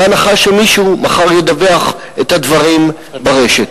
בהנחה שמישהו מחר ידווח את הדברים ברשת.